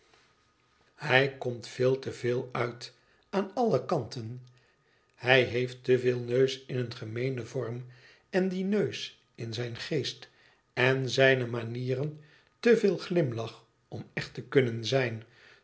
hij komt veel te veel uit aan alle kanten hij heeft te veel neus in een gemeenen vorm en die neus in zijn geest en zijne manieren te veel glimlach om echt te kunnen zijn